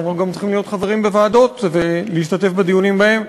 אבל אנחנו גם צריכים להיות חברים בוועדות ולהשתתף בדיונים בהן.